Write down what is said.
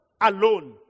alone